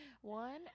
One